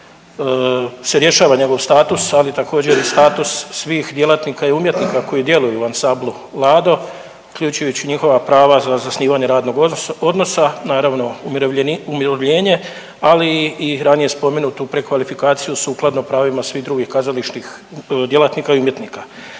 se rješava njegov status, ali također i status svih djelatnika i umjetnika koji djeluju u Ansamblu Lado, uključujući njihova prava za zasnivanje radnog odnosa naravno umirovljenje, ali i ranije spomenutu prekvalifikaciju sukladno pravima svih drugih kazališnih djelatnika i umjetnika.